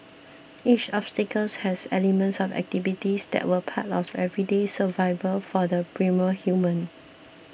each obstacle has elements of activities that were part of everyday survival for the primal human